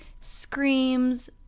screams